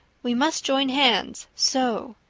we must join hands so,